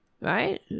Right